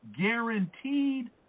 Guaranteed